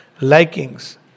likings